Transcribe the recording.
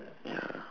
ya